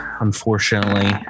unfortunately